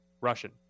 Russian